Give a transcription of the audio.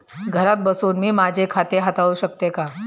घरात बसून मी माझे खाते हाताळू शकते का?